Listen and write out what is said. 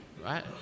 Right